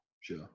Sure